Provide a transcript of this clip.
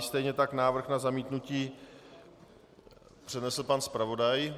Stejně tak návrh na zamítnutí přednesl pan zpravodaj.